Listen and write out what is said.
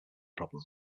problem